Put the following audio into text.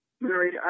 Mary